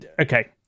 okay